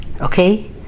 okay